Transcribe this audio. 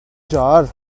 jar